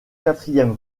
quatrième